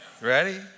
Ready